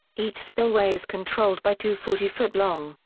each spillway is controlled by two forty foot long,